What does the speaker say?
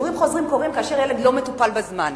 שידורים חוזרים קורים כאשר ילד לא מטופל בזמן.